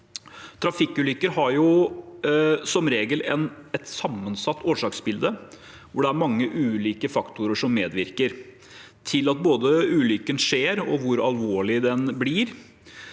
Trafikkulykker har som regel et sammensatt årsaksbilde, hvor det er mange ulike faktorer som medvirker til både at ulykken skjer, og hvor alvorlig den blir.